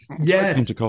yes